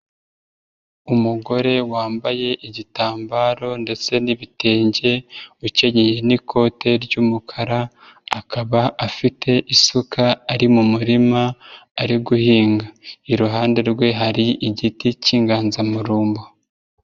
Umugore wambaye igitambaro ndetse n'ibitenge, ukenyeye n'ikote ry'umukara akaba afite isuka ari mu murima ari guhinga, iruhande rwe hari igiti k'inganzamarumbo.